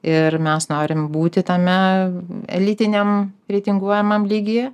ir mes norim būti tame elitiniam reitinguojamam lygyje